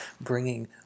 bringing